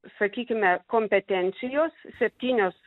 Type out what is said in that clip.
sakykime kompetencijos septynios